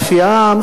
בפי העם,